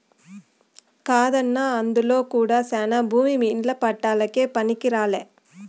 కాదన్నా అందులో కూడా శానా భూమి ఇల్ల పట్టాలకే పనికిరాలే